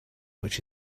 which